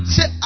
Say